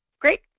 Great